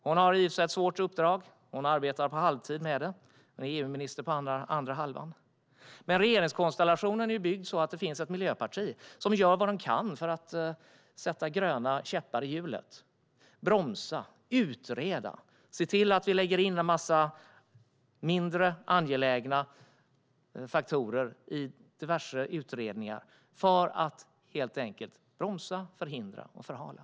Hon har i och för sig ett svårt uppdrag, och hon arbetar på halvtid med det och är EU-minister resten av tiden. Men regeringskonstellationen är byggd så att det finns ett miljöparti som gör vad de kan för att sätta gröna käppar i hjulet - att bromsa, utreda och se till att vi lägger in en massa mindre angelägna faktorer i diverse utredningar för att helt enkelt bromsa, förhindra och förhala.